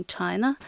China